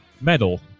medal